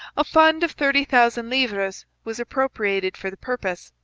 a fund of thirty thousand livres was appropriated for the purpose.